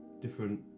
different